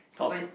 sometimes